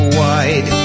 wide